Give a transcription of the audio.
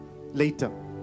later